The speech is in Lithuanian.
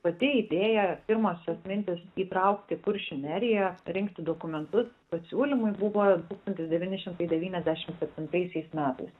pati idėja pirmosios mintys įtraukti kuršių neriją rinkti dokumentus pasiūlymai buvo tūkstantis devyni šimtai devyniasdešimt septintaisiais metais